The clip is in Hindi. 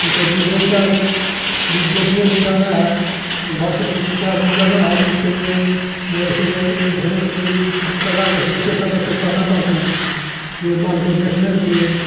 जैसे दूधे उतारे दूध बेचने ले जाना है तो घर से कुछ थोड़ा दूर जाना है तो उसको लिए मवेशी को देखने के लिए परिवार के दूसरे सदस्य को कहना पड़ता है ये माढ़ को देखने के लिए